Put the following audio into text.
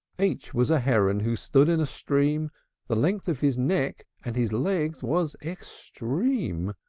h was a heron, who stood in a stream the length of his neck and his legs was extreme.